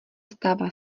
stává